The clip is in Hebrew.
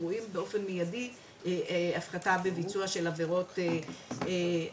רואים באופן מיידי הפחתה בביצוע של עבירות תעבורה